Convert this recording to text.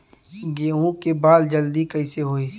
गेहूँ के बाल जल्दी कईसे होई?